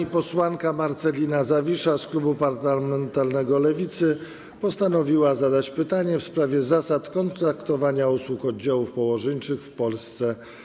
Pani posłanka Marcelina Zawisza z klubu parlamentarnego Lewica postanowiła zadać pytanie w sprawie zasad kontraktowania usług oddziałów położniczych w Polsce.